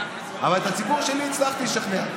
אבל את הציבור שלי הצלחתי לשכנע.